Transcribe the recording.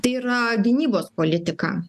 tai yra gynybos politika